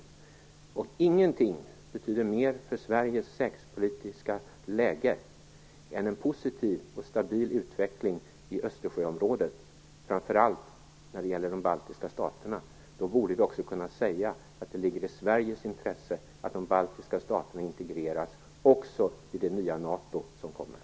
Ingenting betyder mer för Sveriges säkerhetspolitiska läge än en positiv och stabil utveckling i Östersjöområdet, framför allt i de baltiska staterna. Då borde vi också kunna säga att det ligger i Sveriges intresse att de baltiska staterna integreras också i det nya NATO som utvecklas.